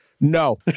No